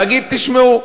להגיד: תשמעו,